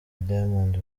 diamond